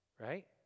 right